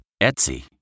Etsy